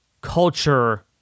culture